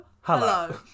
Hello